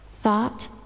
Thought